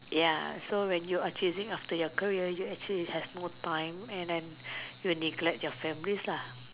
ya so when you are chasing after your career you actually has no time and then you neglect your families lah